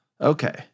Okay